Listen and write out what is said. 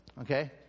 okay